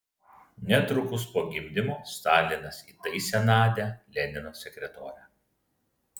netrukus po gimdymo stalinas įtaisė nadią lenino sekretore